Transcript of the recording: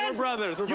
and brothers.